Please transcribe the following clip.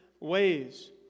ways